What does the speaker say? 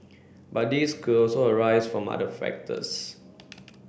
but these could also arise from other factors